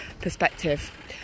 perspective